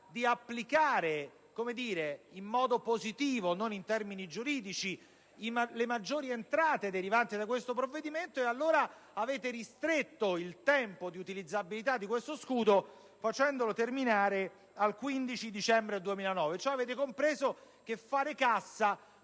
di applicare in modo positivo e non in termini giuridici le maggiori entrate derivanti da questo provvedimento, e allora avete ristretto i termini per l'utilizzabilità di questo scudo, facendone terminare l'applicazione al 15 dicembre 2009. Avete cioè compreso che fare cassa